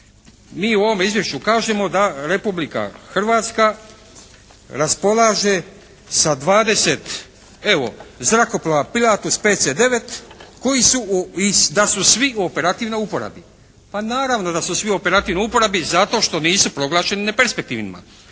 Mi u ovome izvješću kažemo da Republika Hrvatska raspolaže sa 20 evo, zrakoplova …/Govornik se ne razumije./… PC-9 koji su iz, da su svi u operativnoj uporabi. Pa naravno da su svi u operativnoj uporabi, zato što nisu proglašeni neperspektivnima.